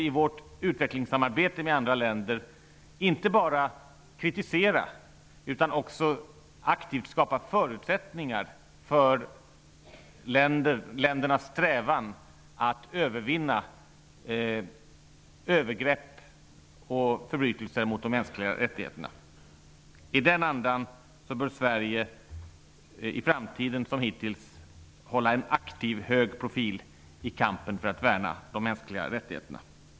I vårt utvecklingssamarbete med andra länder får vi inte bara kritisera, utan aktivt skapa förutsättningar för ländernas strävan att övervinna övergrepp och förbrytelser mot de mänskliga rättigheterna. I den andan bör Sverige i framtiden, liksom hittills, hålla en aktiv hög profil i kampen för att värna de mänskliga rättigheterna.